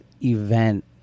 event